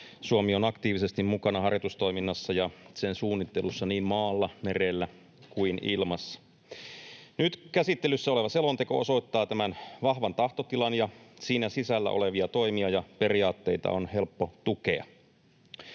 Suomi on aktiivisesti mukana harjoitustoiminnassa ja sen suunnittelussa niin maalla, merellä kuin ilmassa. Nyt käsittelyssä oleva selonteko osoittaa tämän vahvan tahtotilan, ja siinä sisällä olevia toimia ja periaatteita on helppo tukea.